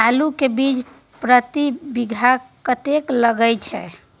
आलू के बीज प्रति बीघा कतेक लागय छै?